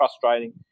frustrating